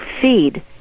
feed